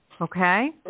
okay